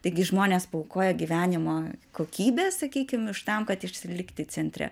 taigi žmonės paaukoja gyvenimo kokybę sakykim iš tam kad išsilikti centre